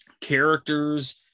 characters